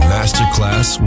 Masterclass